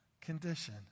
condition